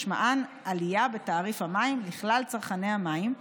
משמעם עלייה בתעריף המים לכלל צרכני המים,